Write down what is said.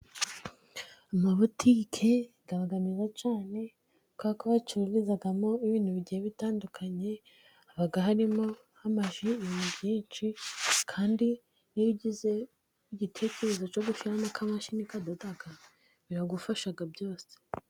Amabutike aba meza cyane, kubera ko bacururizamo ibintu bigiye bitandukanye, haba harimo amaji, ibintu byinshi, kandi n'iyo ugize igitekerezo cyo gushyiramo akamashini kadoda, biragufasha byose.